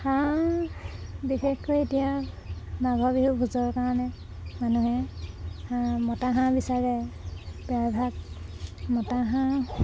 হাঁহ বিশেষকৈ এতিয়া মাঘৰ বিহু ভোজৰ কাৰণে মানুহে মতা হাঁহ বিচাৰে প্ৰায়ভাগ মতা হাঁহ